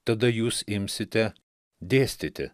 tada jūs imsite dėstyti